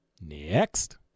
Next